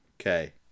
okay